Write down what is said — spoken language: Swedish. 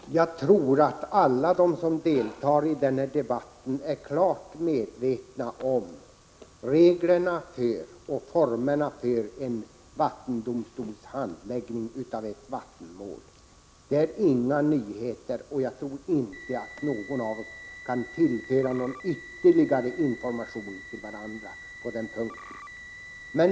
Herr talman! Jag tror att alla som deltar i denna debatt är klart medvetna om reglerna och formerna för en vattendomstols handläggning av ett vattenmål. Det är inga nyheter hur det går till, och jag tror inte att någon av oss på den punkten kan tillföra ytterligare information till de andra.